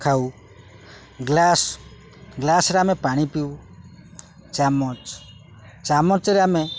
ଖାଉ ଗ୍ଲାସ୍ ଗ୍ଲାସ୍ରେ ଆମେ ପାଣି ପିଉ ଚାମଚ ଚାମଚରେ ଆମେ